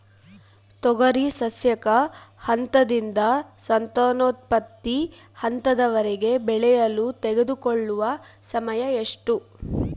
ತೊಗರಿ ಸಸ್ಯಕ ಹಂತದಿಂದ ಸಂತಾನೋತ್ಪತ್ತಿ ಹಂತದವರೆಗೆ ಬೆಳೆಯಲು ತೆಗೆದುಕೊಳ್ಳುವ ಸಮಯ ಎಷ್ಟು?